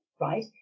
right